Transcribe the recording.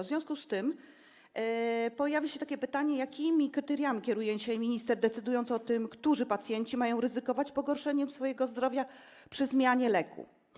W związku z tym pojawia się pytanie, jakimi kryteriami kieruje się minister, decydując o tym, którzy pacjenci mają ryzykować pogorszenie swojego zdrowia przy zmianie leku.